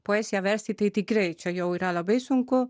poeziją versti tai tikrai čia jau yra labai sunku